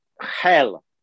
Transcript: hell